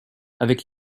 avec